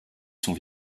son